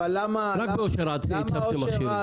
רק באושר עד הצבתם מכשירים.